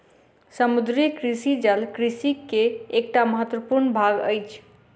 समुद्रीय कृषि जल कृषि के एकटा महत्वपूर्ण भाग अछि